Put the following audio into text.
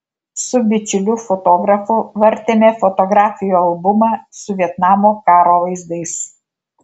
su bičiuliu fotografu vartėme fotografijų albumą su vietnamo karo vaizdais